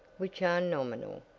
which are nominal.